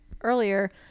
earlier